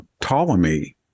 Ptolemy